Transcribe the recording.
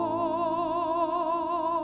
oh